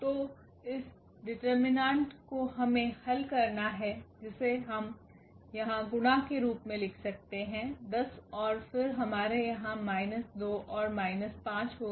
तो इस डिटेर्मिनेंट को हमें हल करना है जिसे हम यहां गुणा के रूप में लिख सकते हैं 10 और फिर हमारे यहां माइनस 2 और माइनस 5 होगा